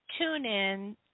TuneIn